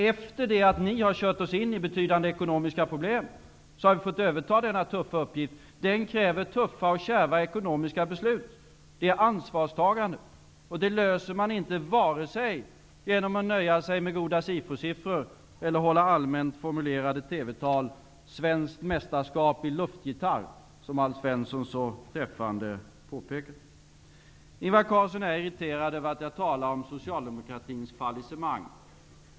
Efter det att ni har kört oss in i betydande ekonomiska problem har vi fått överta denna tunga uppgift. Den kräver tuffa och kärva ekonomiska beslut och ansvarstagande. Man löser inte problemen vare sig genom att nöja sig med goda Sifo-siffror eller hålla allmänt formulerade Svensson så träffande påpekade. Ingvar Carlsson är irriterad över att jag talar om Socialdemokratins fallissemang.